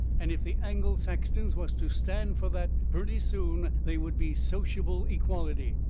and if the angle-saxtons was to stand fur that, purty soon they would be sociable equality.